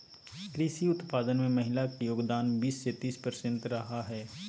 कृषि उत्पादन में महिला के योगदान बीस से तीस प्रतिशत रहा हइ